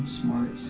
smart